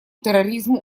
терроризму